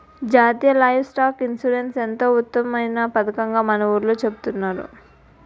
జాతీయ livestock insurance ఎంతో ఉత్తమమైన పదకంగా మన ఊర్లో చెబుతున్నారు